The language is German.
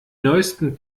neusten